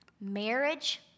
Marriage